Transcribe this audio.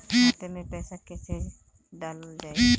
खाते मे पैसा कैसे डालल जाई?